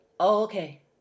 okay